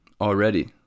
already